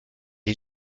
est